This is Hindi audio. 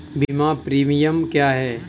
बीमा प्रीमियम क्या है?